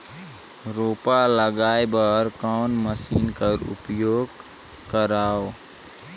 रोपा लगाय बर कोन मशीन कर उपयोग करव?